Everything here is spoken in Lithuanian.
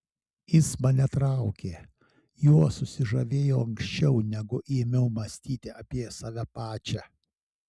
jis mane traukė juo susižavėjau anksčiau negu ėmiau mąstyti apie save pačią